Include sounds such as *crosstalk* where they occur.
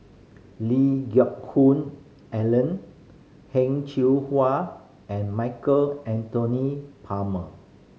Lee *unintelligible* Hoon Ellen Heng *unintelligible* Hwa and Michael Anthony Palmer